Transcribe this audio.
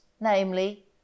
namely